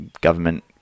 government-